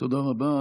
תודה רבה.